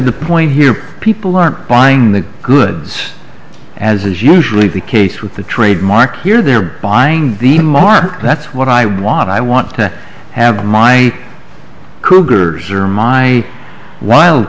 the point here people aren't buying the goods as is usually the case with the trademark here they're buying the market that's what i want i want to have a mine cougars or my